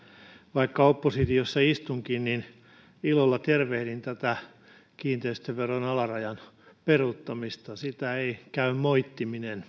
vaikka oppositiossa istunkin niin ilolla tervehdin tätä kiinteistöveron alarajan korotuksen peruuttamista sitä ei käy moittiminen